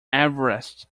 everest